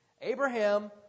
Abraham